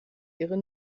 ihre